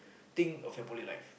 think of your poly life